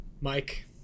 Mike